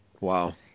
Wow